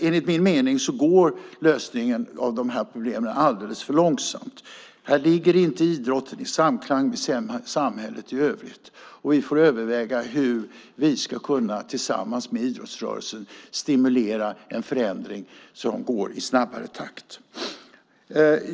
Enligt min mening går lösningen på dessa problem alldeles för långsamt. Här ligger inte idrotten i samklang med samhället i övrigt, och vi får överväga hur vi tillsammans med idrottsrörelsen ska kunna stimulera en förändring som går i snabbare takt.